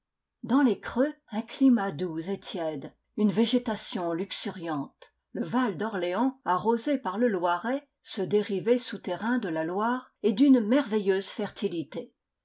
dans les creux un climat doux et tiède une végétation luxuriante le val d'orléans arrosé par le loiret ce dérivé souterrain de la loire est d'une merveilleuse fertilité